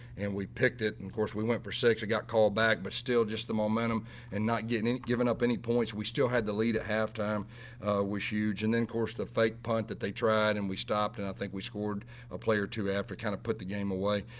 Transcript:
and we picked it and of course, we went for six i got called back but still just the momentum and not getting given up any points we still had the lead at halftime was huge. and then course the fake punt that they tried and we stopped and i think we scored a play or two after kind of put the game away.